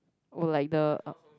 or like the